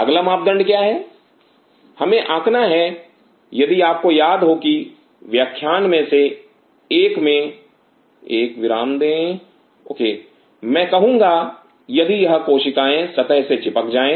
अगला मापदंड क्या है हमें आंकना है यदि आपको याद हो की व्याख्यान में से एक में एक विराम दें मैं कहूँगा यदि यह कोशिकाएं सतह से चिपक जाएं